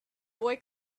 boy